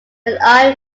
when